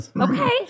Okay